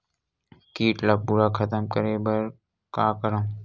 कीट ला पूरा खतम करे बर का करवं?